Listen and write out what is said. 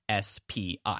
spi